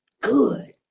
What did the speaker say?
good